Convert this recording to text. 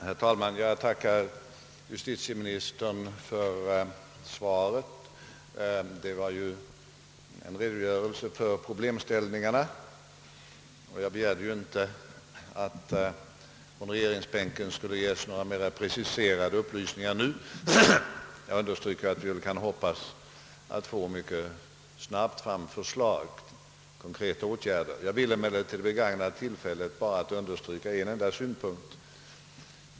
Herr talman! Jag tackar justitieministern för svaret. Det var en redogörelse för problemställningarna, och jag begärde ju inte att det från regeringsbänken skulle ges några mera preciserade upplysningar nu. Jag understryker att vi kan hoppas att mycket snabbt få förslag till konkreta åtgärder. Jag vill emellertid begagna tillfället att understryka en enda synpunkt.